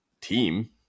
team